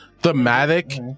Thematic